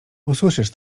usłyszysz